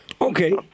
Okay